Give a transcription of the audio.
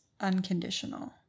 unconditional